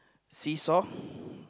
seesaw